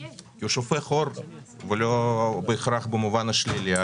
כי הוא שופך אור ולא בהכרח במובן השלילי,